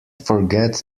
forget